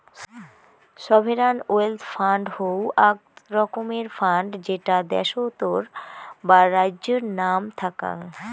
sovereign wealth fund হউ আক রকমের ফান্ড যেটা দ্যাশোতর বা রাজ্যের নাম থ্যাক্যাং